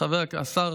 השר